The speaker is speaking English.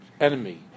enemy